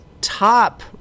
top